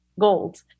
gold